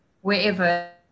wherever